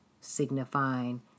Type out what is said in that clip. signifying